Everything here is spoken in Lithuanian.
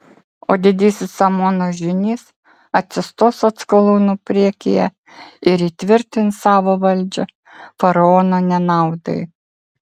o didysis amono žynys atsistos atskalūnų priekyje ir įtvirtins savo valdžią faraono nenaudai